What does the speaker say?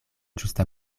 ĝusta